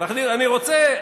אני רוצה,